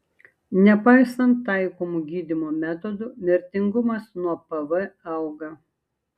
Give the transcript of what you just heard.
nepaisant taikomų gydymo metodų mirtingumas nuo pv auga